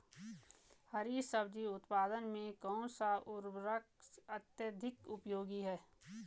हरी सब्जी उत्पादन में कौन सा उर्वरक अत्यधिक उपयोगी है?